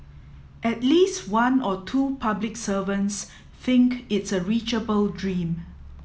at least one or two public servants think it's a reachable dream